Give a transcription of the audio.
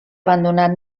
abandonat